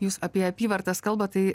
jūs apie apyvartas kalbat tai